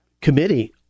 Committee